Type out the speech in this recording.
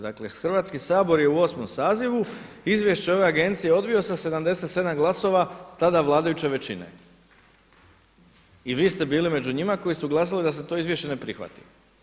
Dakle, Hrvatski sabor je u osmom sazivu izvješće ove agencije odbio sa 77 glasova tada vladajuće većine i vi ste bili među njima koji su glasali da se to izvješće ne prihvati.